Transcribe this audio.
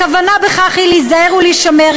הכוונה בכך היא להיזהר ולהישמר,